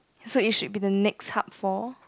so you should be the next hub for